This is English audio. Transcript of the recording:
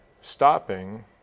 stopping